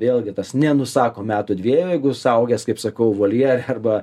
vėlgi tas nenusako metų dviejų jeigu suaugęs kaip sakau voljere arba